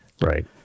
Right